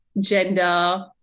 gender